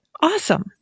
Awesome